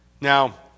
Now